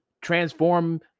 transform